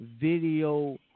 video